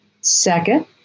Second